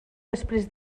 després